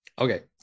Okay